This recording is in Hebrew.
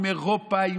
עם אירופה,